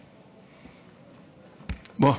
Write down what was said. בואו,